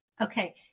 Okay